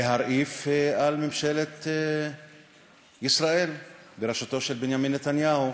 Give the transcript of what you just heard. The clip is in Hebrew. להרעיף על ממשלת ישראל בראשותו של בנימין נתניהו.